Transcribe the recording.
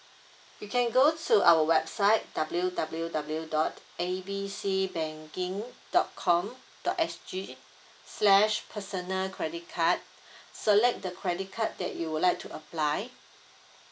you can go to our website W W W dot A B C banking dot com dot S_G slash personal credit card select the credit card that you would like to apply